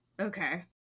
Okay